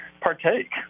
partake